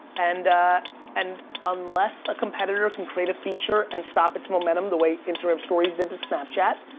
and and unless a competitor can create a feature and stop its momentum the way instagram stories did to snapchat.